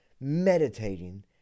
Meditating